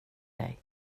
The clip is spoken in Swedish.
dig